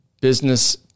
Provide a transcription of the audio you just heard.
business